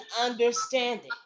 understanding